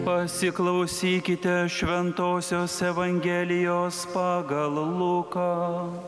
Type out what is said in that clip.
pasiklausykite šventosios evangelijos pagal luką